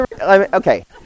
okay